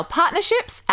partnerships